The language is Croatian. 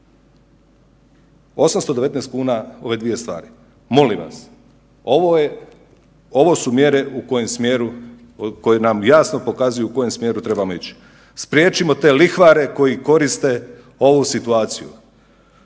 819 kuna ove dvije stvari. Molim vas, ovo su mjere koje nam jasno pokazuju u kojem smjeru trebamo ići. Spriječimo te lihvare koji koriste ovu situaciju.